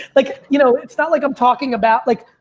like you know, it's not like i'm talking about like,